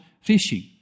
fishing